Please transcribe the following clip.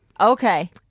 Okay